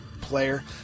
player